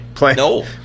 No